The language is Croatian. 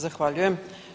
Zahvaljujem.